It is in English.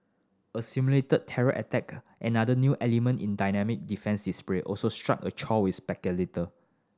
a simulated terror attack another new element in dynamic defence display also struck a chord with spectator